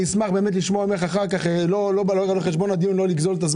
אני אשמח לשמוע ממך אחר כך לא על חשבון הדיון הבא